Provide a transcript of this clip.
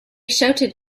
shouted